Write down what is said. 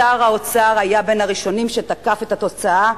שר האוצר היה בין הראשונים שתקף את התופעה,